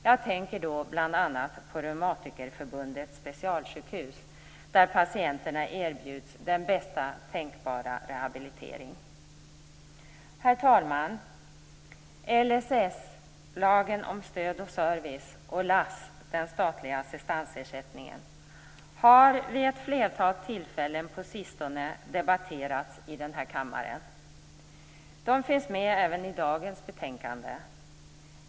Jag tänker då bl.a. på Reumatikerförbundets specialsjukhus där patienterna erbjuds den bästa tänkbara rehabilitering. Herr talman! LSS, lagen om stöd och service, och LASS, om den statliga assistansersättningen, har vid ett flertal tillfällen på sistone debatterats i denna kammare. De finns med även i dagens betänkande.